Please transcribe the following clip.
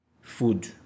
food